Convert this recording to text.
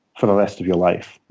for the rest of your life.